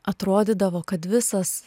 atrodydavo kad visas